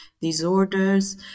disorders